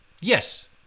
Yes